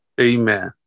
amen